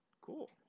Cool